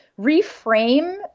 reframe